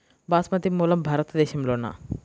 బాస్మతి మూలం భారతదేశంలోనా?